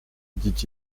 dit